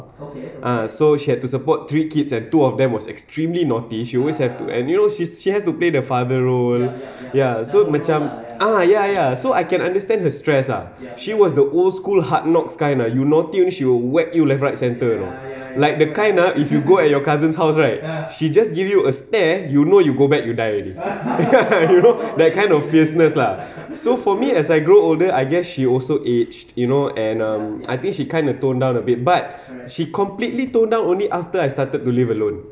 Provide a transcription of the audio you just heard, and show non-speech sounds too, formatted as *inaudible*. ah so she had to support three kids and two of them was extremely naughty she always have to and you know she's she has to play the father role ya so macam ah ya ya so I can understand her stress ah she was the old school hard knocks kind lah you know tunes you whack you left right centre you know like the kind lah if you go at your cousin's house right she just give you a stare you know you go back you die already *laughs* you know that kind of fierceness lah so for me as I grow older I guess she also aged you know and um I think she kind of toned down a bit but she completely tone down only after I started to live alone